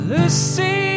Lucy